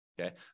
Okay